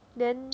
then